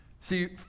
See